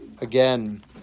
again